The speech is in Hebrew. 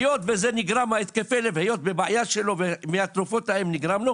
כי הבעיה של התקפי הלב נגרמה לו מהתרופות האלה.